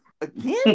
again